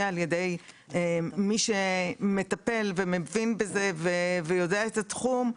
על ידי מי שמטפל ומבין בזה ומכיר את התחום,